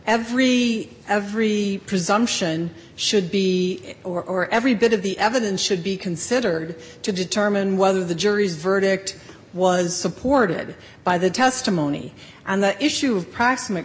every every presumption should be or every bit of the evidence should be considered to determine whether the jury's verdict was supported by the testimony and the issue of proximate